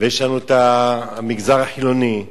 ויש לנו המגזר החילוני,